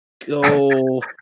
go